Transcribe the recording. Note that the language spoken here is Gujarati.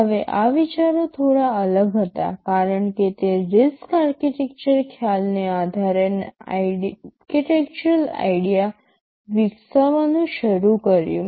હવે આ વિચારો થોડા અલગ હતા કારણ કે તે RISC આર્કિટેક્ચર ખ્યાલને આધારે આર્કિટેક્ચરલ આઇડિયા વિકસાવવાનું શરૂ કર્યું